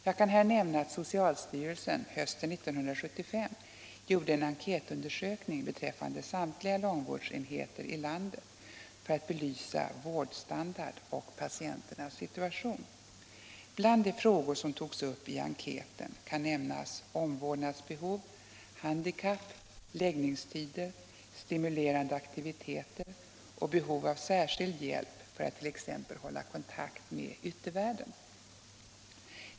Jag kan här nämna att socialstyrelsen hösten 1975 gjorde en enkätundersökning beträffande samtliga långvårdsenheter i landet för att belysa vårdstandard och patienternas situation. Bland de frågor som togs upp i enkäten kan nämnas omvårdnadsbehov, handikapp, läggningstider, stimulerande aktiviteter och behov av särskild hjälp för att t.ex. hålla kon takt med yttervärlden.